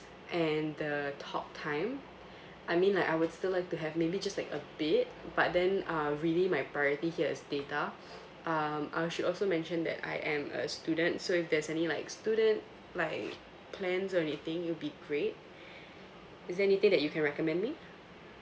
and the talk time I mean I would still like to have maybe just like a bit but then uh really my priority here is data uh I should also mention that I am a student so if there's any like student like plans or anything it will be great is there anything that you can recommend me